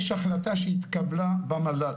יש ההחלטה שהתקבלה במל"ל,